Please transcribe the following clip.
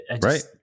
Right